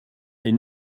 est